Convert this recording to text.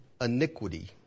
iniquity